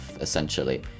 essentially